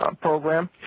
Program